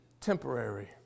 temporary